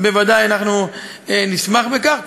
אז בוודאי נשמח בכך.